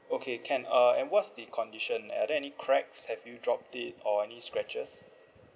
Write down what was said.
okay can uh and what's the condition are there any cracks have you dropped it or any scratches